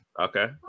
okay